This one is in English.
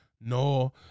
no